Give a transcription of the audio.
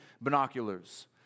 binoculars